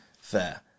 Fair